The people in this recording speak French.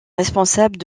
responsable